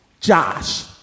Josh